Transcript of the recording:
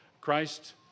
Christ